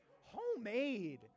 Homemade